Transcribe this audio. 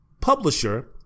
publisher